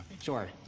Sure